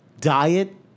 diet